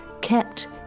kept